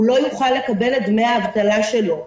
הוא לא יוכל לקבל את דמי האבטלה שלו.